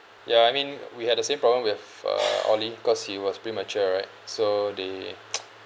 ya I mean we had the same problem with uh oli because he was premature right so they